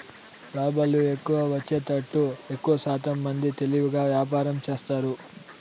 లాభాలు ఎక్కువ వచ్చేతట్టు ఎక్కువశాతం మంది తెలివిగా వ్యాపారం చేస్తారు